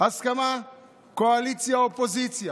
הסכמה קואליציה-אופוזיציה.